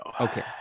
okay